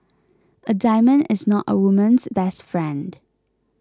a diamond is not a woman's best friend